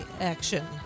action